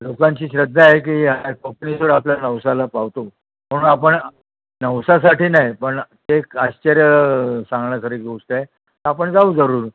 लोकांची श्रद्धा आहे की हा कोपिनेश्वर आपल्या नवसाला पावतो म्हणून आपण नवसासाठी नाही पण ते आश्चर्य सांगण्यासारखी गोष्ट आहे तर आपण जाऊ जरूर